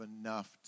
enough